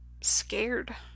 Scared